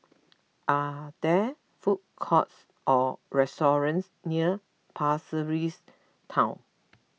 are there food courts or restaurants near Pasir Ris Town